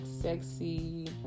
sexy